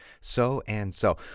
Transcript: So-and-so